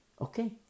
Okay